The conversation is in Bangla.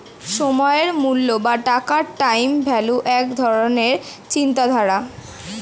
সময়ের মূল্য বা টাকার টাইম ভ্যালু এক ধরণের চিন্তাধারা